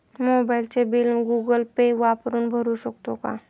मोबाइलचे bill Google Pay वापरून भरू शकतो का?